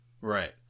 Right